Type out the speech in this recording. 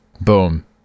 boom